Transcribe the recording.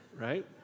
right